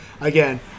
again